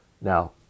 Now